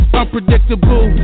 unpredictable